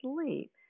sleep